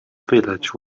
village